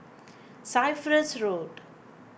Cyprus Road